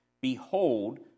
Behold